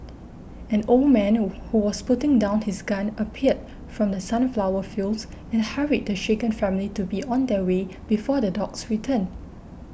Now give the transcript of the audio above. an old man who was putting down his gun appeared from the sunflower fields and hurried the shaken family to be on their way before the dogs return